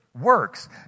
works